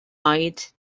oed